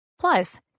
Plus